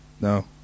No